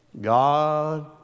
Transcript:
God